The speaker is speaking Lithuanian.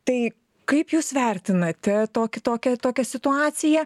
tai kaip jūs vertinate tokį tokią tokią situaciją